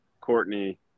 Courtney